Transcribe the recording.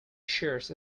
shares